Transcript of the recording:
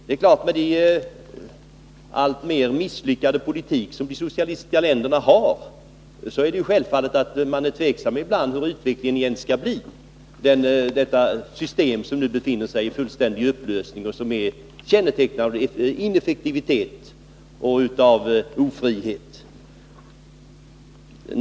Med hänsyn till den alltmer misslyckade politik som de socialistiska länderna för är det självklart att man ibland är tveksam om hur utvecklingen skall bli. Det socialistiska systemet befinner sig ju nu i fullständig upplösning och kännetecknas av ineffektivitet och ofrihet.